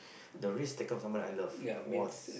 the risk taker of someone I love !wah! this